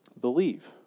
Believe